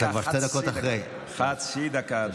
אתה כבר שתי דקות אחרי, עוד דקה.